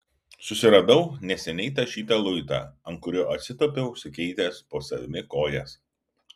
susiradau neseniai tašytą luitą ant kurio atsitūpiau sukeitęs po savimi kojas